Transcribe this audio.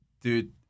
dude